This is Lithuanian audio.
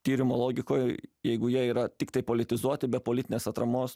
tyrimo logikoj jeigu jie yra tiktai politizuoti be politinės atramos